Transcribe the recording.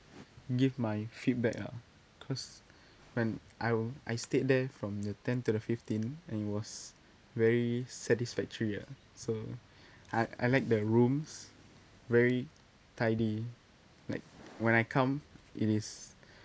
give my feedback ah because when I w~ I stayed there from the tenth to fifteen and it was very satisfactory ah so I I like the rooms very tidy like when I come it is